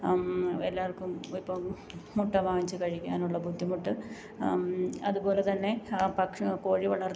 എല്ലാവര്ക്കും ഇപ്പം മുട്ട വാങ്ങിച്ച് കഴിക്കാനുള്ള ബുദ്ധിമുട്ട് അതുപോലെത്തന്നെ ആ ഭക്ഷണം കോഴി വളര്ത്തൽ